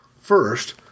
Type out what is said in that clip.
First